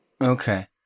Okay